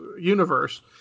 Universe